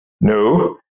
No